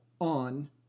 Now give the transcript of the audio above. on